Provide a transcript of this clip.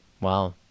Wow